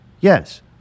Yes